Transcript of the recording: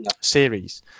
Series